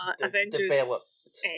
Avengers